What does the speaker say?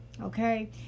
okay